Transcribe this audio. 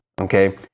Okay